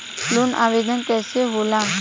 Loan आवेदन कैसे होला?